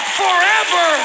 forever